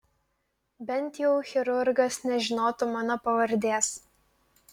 bent jau chirurgas nežinotų mano pavardės